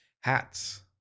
hats